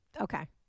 Okay